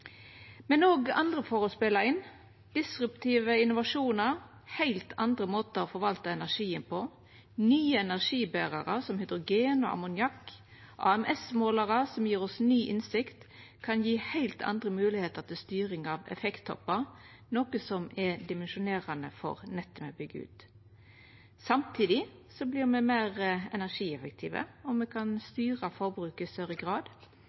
Men også andre forhold spelar inn. Disruptive innovasjonar, heilt andre måtar å forvalta energien på, nye energiberarar, som hydrogen og ammoniakk, og AMS-målarar som gjev oss ny innsikt, kan gje heilt andre moglegheiter til styring av effektoppar, noko som er dimensjonerande for nettet me byggjer ut. Samtidig vert me meir energieffektive, og me kan styra forbruket i større grad.